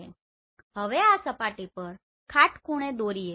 ચાલો હવે આ સપાટી પર કાટખૂણે દોરીએ